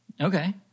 Okay